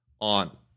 on –